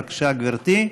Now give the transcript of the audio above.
בבקשה, גברתי.